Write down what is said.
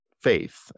faith